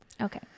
okay